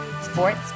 sports